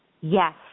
Yes